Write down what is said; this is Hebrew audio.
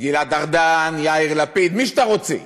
גלעד ארדן, יאיר לפיד, מי שאתה רוצה.